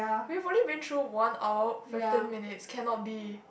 we've only been through one hour fifteen minutes cannot be